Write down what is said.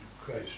Christ